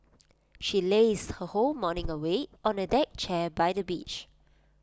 she lazed her whole morning away on A deck chair by the beach